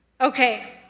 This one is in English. Okay